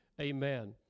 Amen